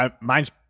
mine's